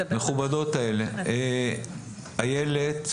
בבקשה איילת.